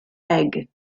egg